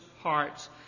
hearts